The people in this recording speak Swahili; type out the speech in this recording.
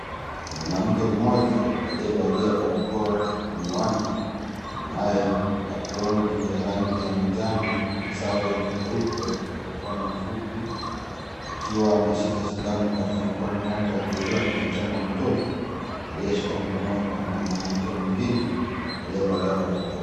Mwanamke mmoja aliyevalia barakoa na miwani naye anayo aproni ya rangi ya manjano na sare nyeupe na mkono mfupi, akiwa ameshika sindano katika mkono wake wa kulia, akimchoma mtoto aliyeshikwa mkononi na mwanamke mwingine, aliyevalia barakoa.